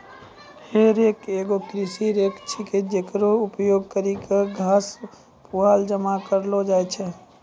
हे रेक एगो कृषि रेक छिकै, जेकरो उपयोग करि क घास, पुआल जमा करलो जाय छै